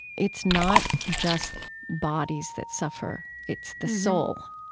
it's not just bodies that suffer it's the soul